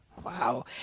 Wow